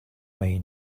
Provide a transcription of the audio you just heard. may